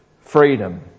freedom